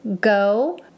Go